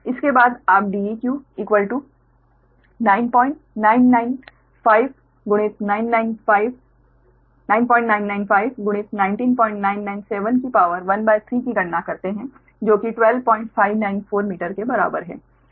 इसके बाद आप Deq 9995 गुणित 9995 गुणित 19997 की शक्ति 13 की गणना करते हैं जो कि 12594 मीटर के बराबर है जो की Deq है